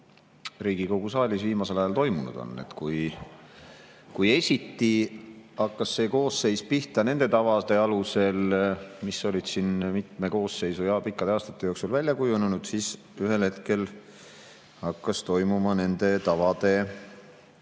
Riigikogu saalis viimasel ajal toimunud on. Kui esiti hakkas see koosseis tööle nende tavade alusel, mis olid siin mitme koosseisu ja pikkade aastate jooksul välja kujunenud, siis ühel hetkel hakkas toimuma nende tavade hoogne